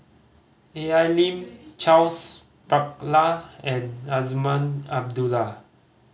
A L Lim Charles Paglar and Azman Abdullah